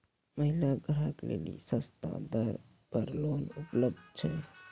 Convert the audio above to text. महिला ग्राहक लेली सस्ता दर पर लोन उपलब्ध छै?